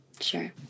Sure